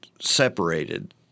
separated